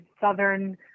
Southern